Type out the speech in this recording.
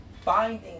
finding